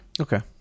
Okay